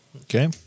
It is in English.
Okay